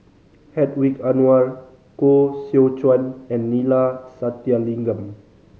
Hedwig Anuar Koh Seow Chuan and Neila Sathyalingam